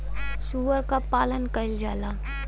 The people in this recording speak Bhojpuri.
सूअर क पालन कइल जाला